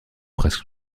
presse